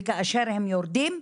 וכאשר הם יורדים,